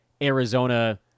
Arizona